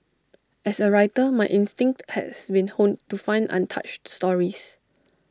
as A writer my instinct has been honed to find untouched stories